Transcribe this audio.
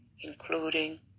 including